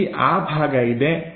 ನಮ್ಮಲ್ಲಿ ಆ ಭಾಗ ಇದೆ